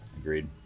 Agreed